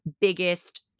biggest